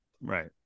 Right